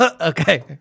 okay